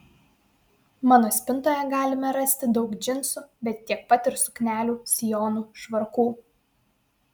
mano spintoje galime rasti daug džinsų bet tiek pat ir suknelių sijonų švarkų